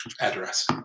address